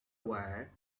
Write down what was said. war